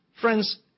Friends